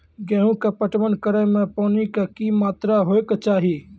गेहूँ के पटवन करै मे पानी के कि मात्रा होय केचाही?